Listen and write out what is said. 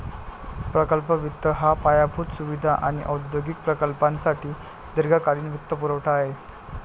प्रकल्प वित्त हा पायाभूत सुविधा आणि औद्योगिक प्रकल्पांसाठी दीर्घकालीन वित्तपुरवठा आहे